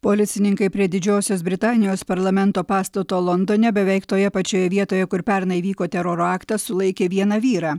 policininkai prie didžiosios britanijos parlamento pastato londone beveik toje pačioje vietoje kur pernai vyko teroro aktas sulaikė vieną vyrą